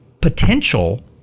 potential